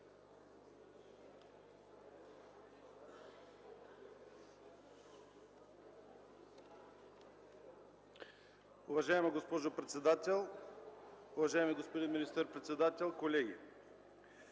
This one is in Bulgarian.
Уважаема госпожо председател, уважаеми господин министър-председател, колеги!